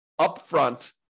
upfront